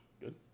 Good